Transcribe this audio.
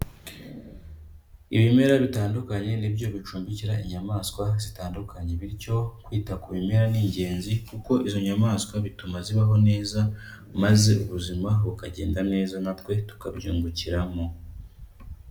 Ibimera bitandukanye nibyo bicumbikira inyamaswa zitandukanye, bityo kwita ku bimera ni ingenzi kuko izo nyamaswa bituma zibaho neza maze ubuzima bukagenda neza natwe tukabyungukiramo.